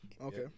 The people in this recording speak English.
Okay